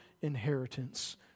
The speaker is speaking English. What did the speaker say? inheritance